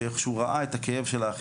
שאיך שהוא ראה את הכאב של האחר,